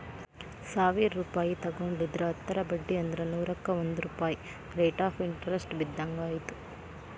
ಸಾವಿರ್ ರೂಪಾಯಿ ತೊಗೊಂಡಿದ್ರ ಹತ್ತರ ಬಡ್ಡಿ ಅಂದ್ರ ನೂರುಕ್ಕಾ ಒಂದ್ ರೂಪಾಯ್ ರೇಟ್ ಆಫ್ ಇಂಟರೆಸ್ಟ್ ಬಿದ್ದಂಗಾಯತು